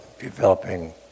developing